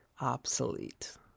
obsolete